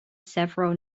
several